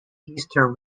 easter